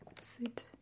sit